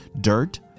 dirt